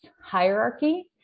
hierarchy